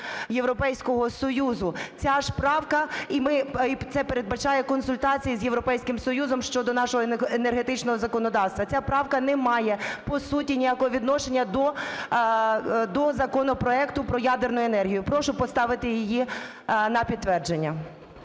Європейського Союзу. Ця ж правка… І це передбачає консультації з Європейським Союзом щодо нашого енергетичного законодавства. Ця правка не має по суті ніякого відношення до законопроекту про ядерну енергію. Прошу поставити її на підтвердження.